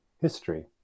history